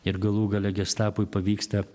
ir galų gale gestapui pavyksta